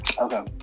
Okay